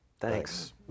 Thanks